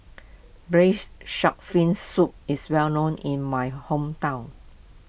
Braised Shark Fin Soup is well known in my hometown